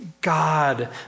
God